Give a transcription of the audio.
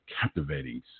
captivating